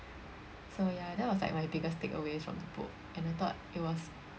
so ya that was like my biggest takeaways from the book and I thought it was